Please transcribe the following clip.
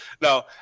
No